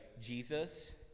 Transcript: Jesus